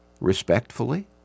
respectfully